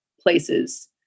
places